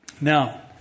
Now